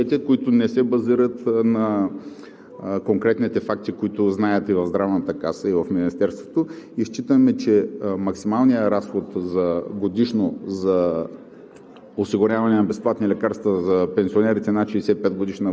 Въпреки всичко сме направили разчети, които не се базират на конкретните факти, които знаят и в Здравната каса, и в Министерството, и считаме, че максималният разход за